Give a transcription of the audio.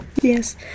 Yes